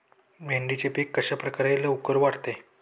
भेंडीचे पीक कशाप्रकारे लवकर वाढते?